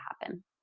happen